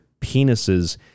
penises